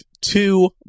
two